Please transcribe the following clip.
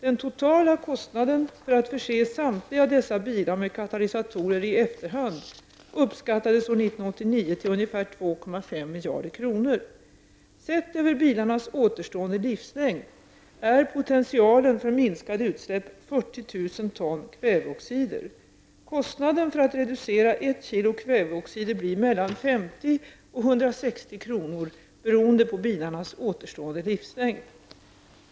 Den totala kostnaden för att förse samtliga dessa bilar med katalysatorer i efterhand uppskattades år 1989 till ungefär 2,5 miljarder kronor. Sett över bilarnas återstående livslängd är potentialen för minskade utsläpp 40 000 ton kväveoxider. Kostnaden för att reducera ett kilo kväveoxider blir mellan 50 och 160 kr. beroende på bilarnas återstående livslängd.